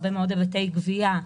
הרבה מאוד היבטי גבייה.